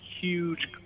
huge